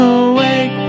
awake